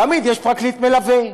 תמיד יש פרקליט מלווה.